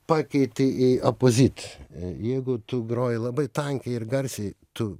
pakeiti į oposite jeigu tu groji labai tankiai ir garsiai tu